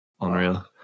Unreal